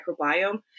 microbiome